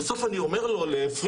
בסוף אני אומר לו לפרדי,